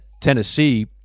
Tennessee